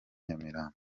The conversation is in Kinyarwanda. nyamirambo